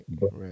right